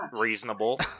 reasonable